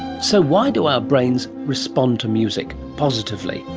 so why do our brains respond to music positively,